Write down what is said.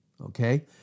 Okay